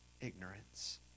ignorance